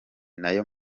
nayo